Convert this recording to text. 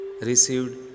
received